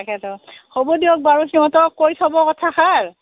তাকেতো হ'ব দিয়ক বাৰু সিহঁতক কৈ থ'ব কথাষাৰ